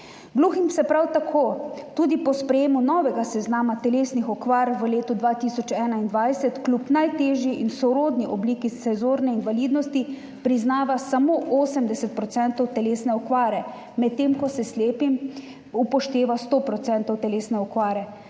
Gluhim se prav tako tudi po sprejetju novega seznama telesnih okvar v letu 2021 kljub najtežji in sorodni obliki senzorne invalidnosti priznava samo 80 % telesne okvare, medtem ko se slepim upošteva 100 % telesne okvare.